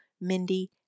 Mindy